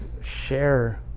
share